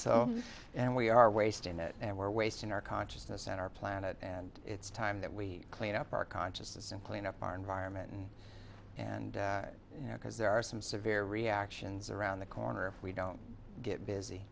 so and we are wasting it and we're wasting our consciousness and our planet and it's time that we clean up our consciousness and clean up our environment and and you know because there are some severe reactions around the corner if we don't get busy